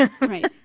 Right